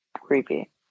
creepy